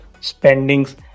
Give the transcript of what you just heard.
spendings